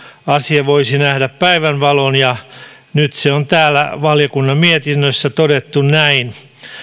asia voisi nähdä päivänvalon ja nyt se on täällä valiokunnan mietinnössä todettu näin